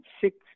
six